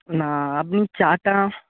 না আপনি চাটা